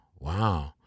Wow